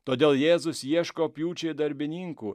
todėl jėzus ieško pjūčiai darbininkų